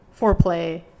foreplay